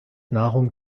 nahrung